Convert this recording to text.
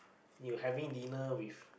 you having dinner with